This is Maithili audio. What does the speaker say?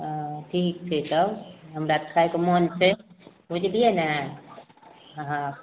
अऽ ठीक छै तब हमरा खाकऽ मोन छै बुझलियै ने हाँ